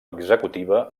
executiva